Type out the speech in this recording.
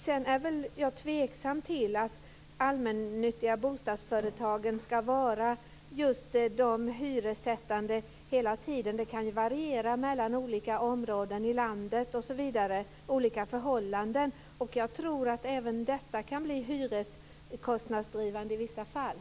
Jag är tveksam till att just de allmännyttiga bostadsföretagen skall vara de hyressättande hela tiden. Det kan ju variera mellan olika områden i landet, olika förhållanden osv. Jag tror att även detta kan bli hyreskostnadsdrivande i vissa fall.